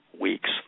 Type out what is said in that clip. weeks